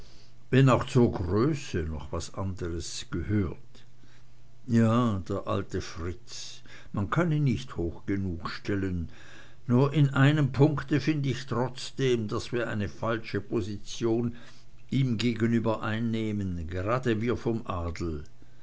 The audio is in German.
wenn auch zur größe noch was anders gehört ja der alte fritz man kann ihn nicht hoch genug stellen nur in einem punkte find ich trotzdem daß wir eine falsche position ihm gegenüber einnehmen gerade wir vom adel